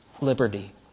liberty